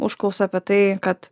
užklausą apie tai kad